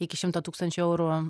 iki šimto tūkstančių eurų